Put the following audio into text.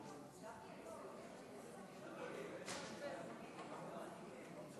אחסנה וייבוא של